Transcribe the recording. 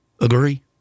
Agree